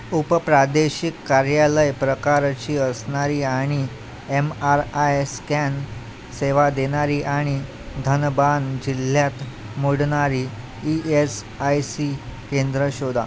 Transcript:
उपप्रादेशिक कार्यालय प्रकारची असणारी आणि एम आर आय स्कॅन सेवा देणारी आणि धनबाद जिल्ह्यात मोडणारी ई एस आय सी केंद्र शोधा